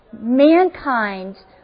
mankind